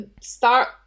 start